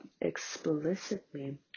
explicitly